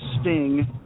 Sting